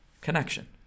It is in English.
connection